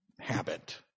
habit